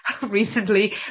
recently